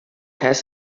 has